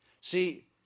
See